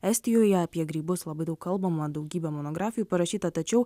estijoje apie grybus labai daug kalbama daugybė monografijų parašyta tačiau